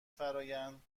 فرایند